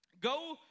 Go